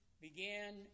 began